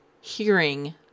hearing